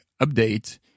update